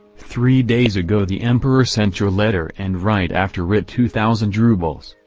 three days ago the emperor sent your letter and right after it two thousand rubles.